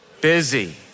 busy